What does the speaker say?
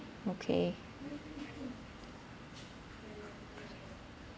okay